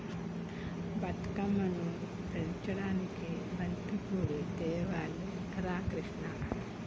బతుకమ్మను పేర్చడానికి బంతిపూలు తేవాలి రా కిష్ణ